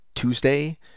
Tuesday